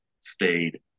stayed